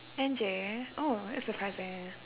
N_J oh that's surprising